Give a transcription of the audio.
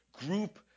group